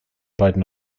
beiden